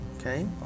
Okay